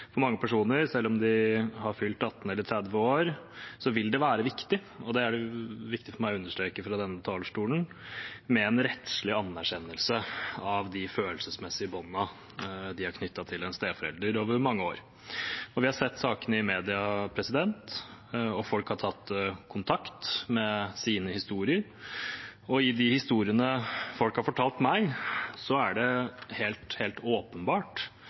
For mange personer vil det, selv om de har fylt 18 eller 30 år, være viktig – og det er det viktig for meg å understreke fra denne talerstolen – med en rettslig anerkjennelse av de følelsesmessige båndene de er knyttet til en steforelder med over mange år. Vi har sett sakene i media, og folk har tatt kontakt med sine historier. I de historiene folk har fortalt meg, er det helt åpenbart